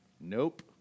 Nope